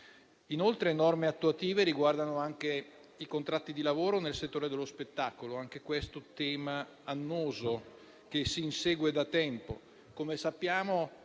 Inoltre, norme attuative riguardano i contratti di lavoro nel settore dello spettacolo: anche questo è tema annoso, che si insegue da tempo.